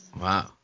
Wow